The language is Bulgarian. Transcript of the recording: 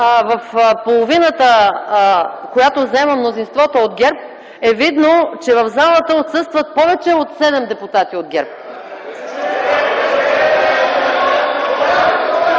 в половината, която заема мнозинството от ГЕРБ, е видно, че в залата отсъстват повече от 7 депутати от ГЕРБ.